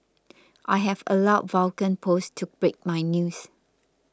I have allowed Vulcan post to break my news